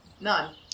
None